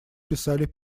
писали